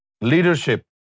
leadership